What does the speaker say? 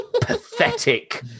Pathetic